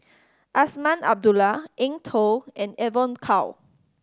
Azman Abdullah Eng Tow and Evon Kow